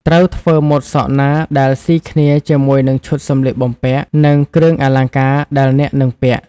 ត្រូវធ្វើម៉ូតសក់ណាដែលស៊ីគ្នាជាមួយនឹងឈុតសម្លៀកបំពាក់ និងគ្រឿងអលង្ការដែលអ្នកនឹងពាក់ ។